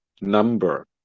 number